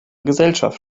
gesellschaft